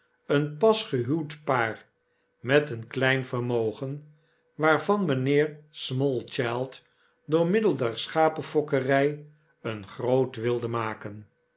een pas gehuwd paar met een klein vermogen waarvan mynheer smallchild door middel der schapenfokkery een groot wilde maken